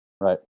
Right